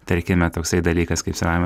tarkime toksai dalykas kaip savaime